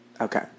Okay